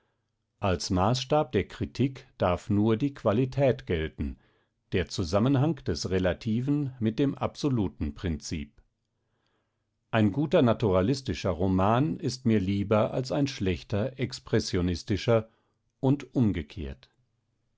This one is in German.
als maßstab der kritik darf nur die qualität gelten der zusammenhang des relativen mit dem absoluten prinzip ein guter naturalistischer roman ist mir lieber als ein schlechter expressionistischer und umgekehrt